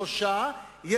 שלושה שבועות,